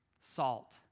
salt